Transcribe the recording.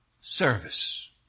service